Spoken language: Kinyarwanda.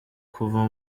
kuva